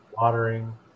watering